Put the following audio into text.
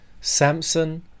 Samson